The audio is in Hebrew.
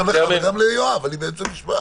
אני אומר גם לך וגם ליואב, אני באמצע משפט.